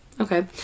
Okay